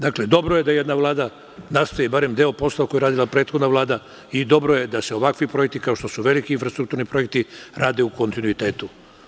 Dobro je da jedna Vlada nastavi barem deo posla koji je radila prethodna Vlada i dobro je da se ovakvi projekti, kao što se veliki infrastruktuni projekti, rade u kontinuitetu.